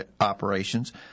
operations